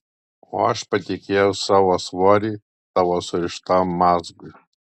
o aš patikėjau savo svorį tavo surištam mazgui